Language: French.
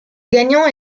gagnant